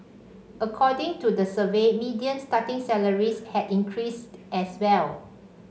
according to the survey median starting salaries had increased as well